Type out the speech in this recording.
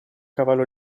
cavallo